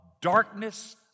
darkness